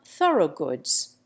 Thoroughgoods